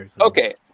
okay